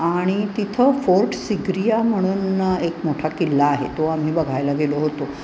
आणि तिथं फोर्ट सिग्रिया म्हणून एक मोठा किल्ला आहे तो आम्ही बघायला गेलो होतो